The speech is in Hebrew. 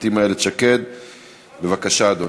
לשכת עורכי-הדין.